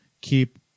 keep